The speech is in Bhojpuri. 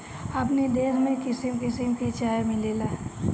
अपनी देश में किसिम किसिम के चाय मिलेला